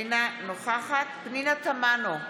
אינה נוכחת פנינה תמנו,